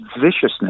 viciousness